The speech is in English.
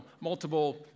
multiple